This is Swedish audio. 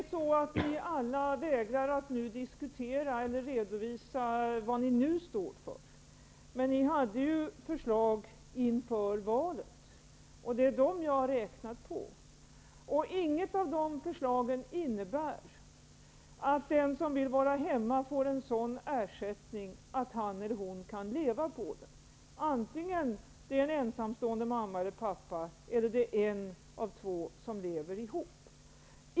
Herr talman! Ni vägrar att diskutera eller redovisa vad ni nu står för. Men ni hade ju förslag inför valet, och det är dem jag har räknat utifrån. Inget av dessa förslag innebär att den som vill vara hemma får en sådan ersättning att hon eller han kan leva på den. Det kan gälla en ensamstående mamma eller pappa eller en av två som lever ihop.